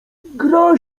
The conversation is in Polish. gra